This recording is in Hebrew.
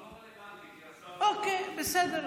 זה כבר לא רלוונטי, כי השר, אוקיי, בסדר.